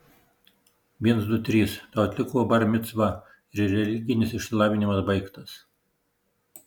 viens du trys tau atliko bar micvą ir religinis išsilavinimas baigtas